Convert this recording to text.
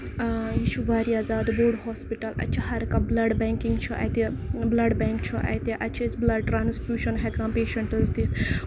یہِ چھُ واریاہ زیادٕ بوٚڑ اَتہِ چُھ ہر کانہہ بٔلڈ بینکِنگ چھُ اَتہِ بٔلڈ بینک چھُ اتہِ اتہِ چھ بٔلڈ ٹرانَسفوٗجن ہٮ۪کان پیشَنٹَس دِتھ